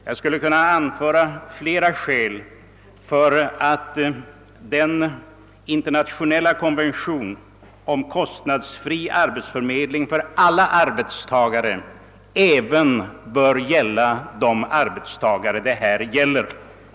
Jag skulle kunna anföra flera skäl för att den internationella konventionen om kostnadsfri arbetsförmedling för alla arbetstagare även bör gälla de arbetstagare som vi nu diskuterar.